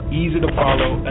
easy-to-follow